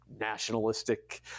nationalistic